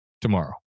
tomorrow